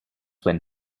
when